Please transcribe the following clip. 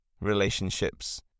Relationships